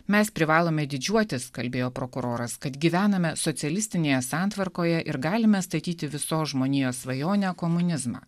mes privalome didžiuotis kalbėjo prokuroras kad gyvename socialistinėje santvarkoje ir galime statyti visos žmonijos svajonę komunizmą